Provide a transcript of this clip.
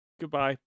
Goodbye